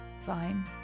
Fine